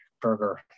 Burger